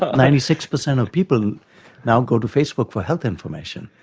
ah ninety six percent of people now go to facebook for health information.